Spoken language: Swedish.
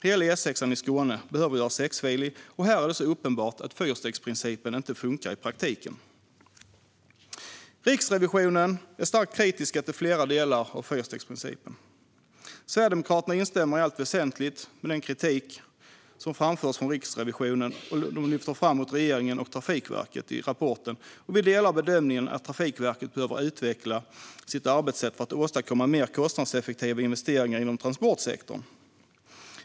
Hela E6:an i Skåne behöver göras sexfilig, och här är det uppenbart att fyrstegsprincipen inte funkar i praktiken. Riksrevisionen är starkt kritisk till flera delar av fyrstegsprincipen. Sverigedemokraterna instämmer i allt väsentligt med den kritik mot regeringen och Trafikverket som Riksrevisionen framför i rapporten. Vi delar bedömningen att Trafikverket behöver utveckla sitt arbetssätt för att åstadkomma mer kostnadseffektiva investeringar inom transportsektorn.